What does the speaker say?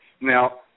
Now